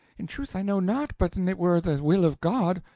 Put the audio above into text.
in truth i know not, but an it were the will of god.